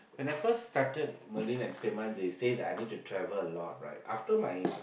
when I first started marine entertainment they say I need to travel a lot right after my